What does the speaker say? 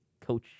coach